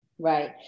Right